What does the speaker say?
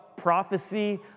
Prophecy